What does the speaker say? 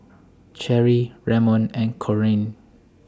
Cherrie Ramon and Corene